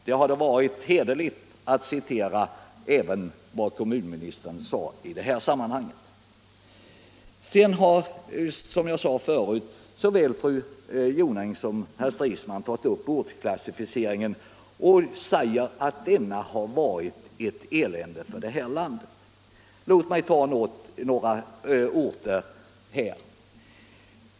Det hade varit hederligt att citera även vad kommunministern sade i det här sammanhanget. Såväl fru Jonäng som herr Stridsman har tagit upp ortsklassificeringen och säger att denna varit ett elände för detta land. Låt mig ta några orter som exempel.